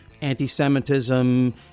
anti-Semitism